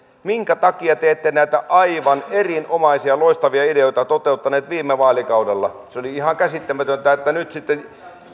minkä takia te ette näitä aivan erinomaisia loistavia ideoita toteuttaneet viime vaalikaudella se oli ihan käsittämätöntä että nyt sitten